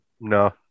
No